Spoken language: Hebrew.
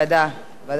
ועדת הכנסת,